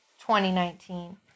2019